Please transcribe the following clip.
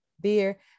beer